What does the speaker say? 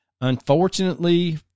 Unfortunately